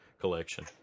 collection